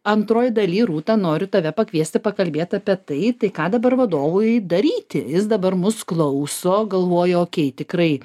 antroj daly rūta noriu tave pakviesti pakalbėt apie tai tai ką dabar vadovui daryti jis dabar mus klauso galvoja okei tikrai